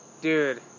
Dude